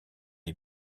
est